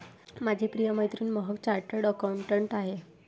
माझी प्रिय मैत्रीण महक चार्टर्ड अकाउंटंट आहे